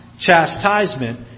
chastisement